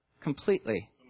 completely